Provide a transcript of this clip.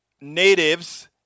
natives